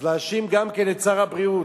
אז להאשים גם כן את שר הבריאות.